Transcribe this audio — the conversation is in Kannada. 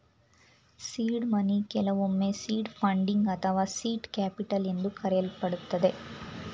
ಸೀಡ್ ಮನಿ ಕೆಲವೊಮ್ಮೆ ಸೀಡ್ ಫಂಡಿಂಗ್ ಅಥವಾ ಸೀಟ್ ಕ್ಯಾಪಿಟಲ್ ಎಂದು ಕರೆಯಲ್ಪಡುತ್ತದೆ